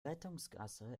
rettungsgasse